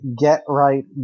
get-right